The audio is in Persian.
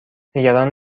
نگران